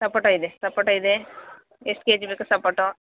ಸಪೊಟೊ ಇದೆ ಸಪೊಟೊ ಇದೆ ಎಷ್ಟು ಕೆಜಿ ಬೇಕು ಸಪೊಟೊ